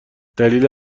دلیل